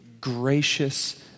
gracious